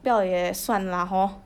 不要也算 lah hor